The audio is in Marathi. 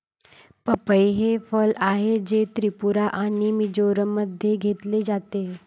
पपई हे फळ आहे, जे त्रिपुरा आणि मिझोराममध्ये घेतले जाते